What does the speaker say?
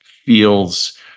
feels